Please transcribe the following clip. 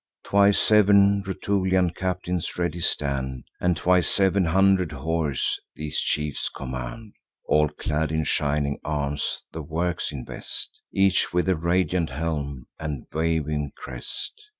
twice seven rutulian captains ready stand, and twice seven hundred horse these chiefs command all clad in shining arms the works invest, each with a radiant helm and waving crest.